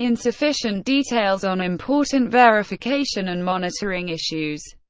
insufficient details on important verification and monitoring issues,